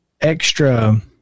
extra –